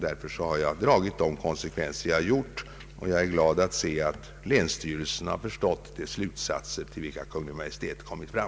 Därför har jag dragit de konsekvenser jag har gjort, och jag är glad att länsstyrelserna förstått de slutsatser till vilka Kungl. Maj:t kommit fram.